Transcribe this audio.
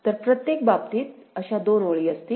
तर प्रत्येक बाबतीत अशा दोन ओळी असतील